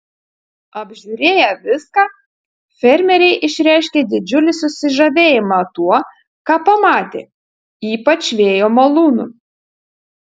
apžiūrėję viską fermeriai išreiškė didžiulį susižavėjimą tuo ką pamatė ypač vėjo malūnu